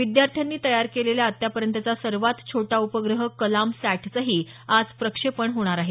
विद्यार्थ्यांनी तयार केलेल्या आतापर्यंतच्या सर्वात छोट्या उपग्रह कलामसॅटचंही आज प्रक्षेपण होणार आहे